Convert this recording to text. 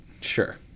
Sure